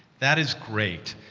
that is great.